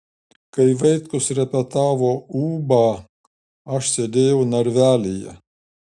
kai vaitkus repetavo ūbą aš sėdėjau narvelyje